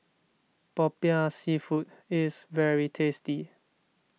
Popiah Seafood is very tasty